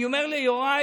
אני אומר ליוראי,